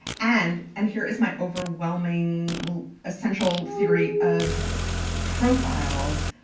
and and here is my overwhelming essential theory of profiles,